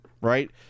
right